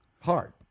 Hard